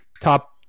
Top